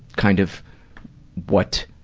kind of what,